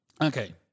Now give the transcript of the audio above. Okay